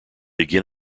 again